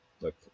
Look